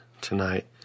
tonight